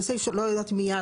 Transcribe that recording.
לא יודעת אם מיד.